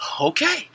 Okay